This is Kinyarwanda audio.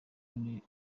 igihugu